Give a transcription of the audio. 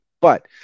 but-